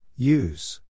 Use